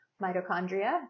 mitochondria